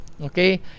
okay